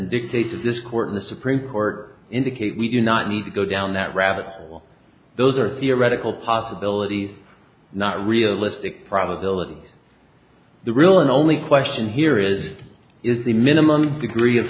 dictates this court the supreme court indicate we do not need to go down that rabbit hole those are theoretical possibilities not realistic probability the real and only question here is is the minimum degree of